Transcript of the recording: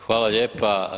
Hvala lijepa.